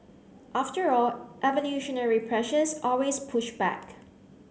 after all evolutionary pressures always push back